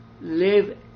live